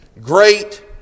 great